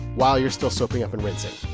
while you're still soaking up and rinsing.